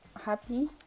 happy